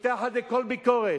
מתחת לכל ביקורת.